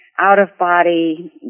out-of-body